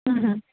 হুম হুম